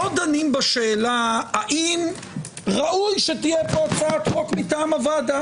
לא דנים בשאלה האם ראוי שתהיה פה הצעת חוק מטעם הוועדה.